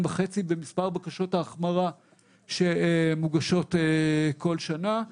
וחצי במספר בקשות ההחמרה שמוגשות כל שנה.